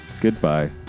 Goodbye